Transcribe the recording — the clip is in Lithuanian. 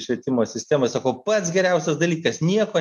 švietimo sistemoj sako pats geriausias dalykas nieko